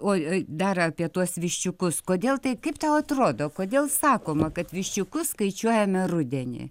oi oi dar apie tuos viščiukus kodėl tai kaip tau atrodo kodėl sakoma kad viščiukus skaičiuojame rudenį